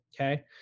Okay